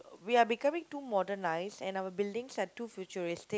we are becoming too modernised and our buildings are too futuristic